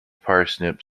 parsnip